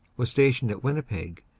was stationed at winnipeg,